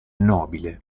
nobile